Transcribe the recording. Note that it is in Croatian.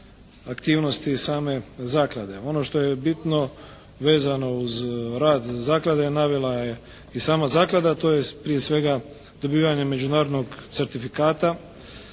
aktivnosti same zaklade. Ono što je bitno vezano uz rad zaklade navela je i sama zaklada, to je prije svega dobivanje međunarodnog certifikata